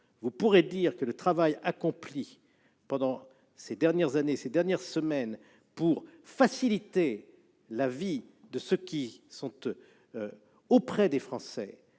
Vous pourrez dire que le travail accompli, ces dernières années ou ces dernières semaines, pour faciliter la vie de ceux qui sont auprès des Français